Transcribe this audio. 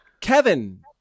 Kevin